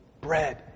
bread